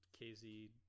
KZ